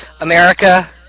America